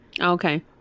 Okay